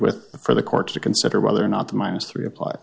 with for the court to consider whether or not the minus three applie